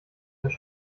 dass